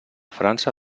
frança